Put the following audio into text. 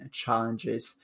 challenges